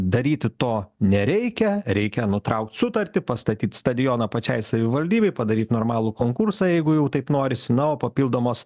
daryti to nereikia reikia nutraukt sutartį pastatyt stadioną pačiai savivaldybei padaryt normalų konkursą jeigu jau taip norisi na o papildomos